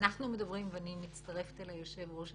אני מצטרפת אל היושב-ראש.